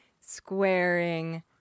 squaring